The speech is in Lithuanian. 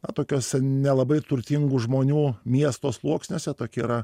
a tokiose nelabai turtingų žmonių miesto sluoksniuose tokia yra